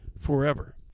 forever